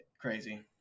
crazy